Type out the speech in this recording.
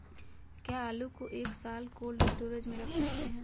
क्या आलू को एक साल कोल्ड स्टोरेज में रख सकते हैं?